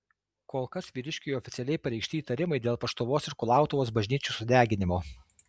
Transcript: kol kas vyriškiui oficialiai pareikšti įtarimai dėl paštuvos ir kulautuvos bažnyčių sudeginimo